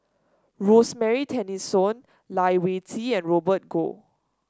Rosemary Tessensohn Lai Weijie and Robert Goh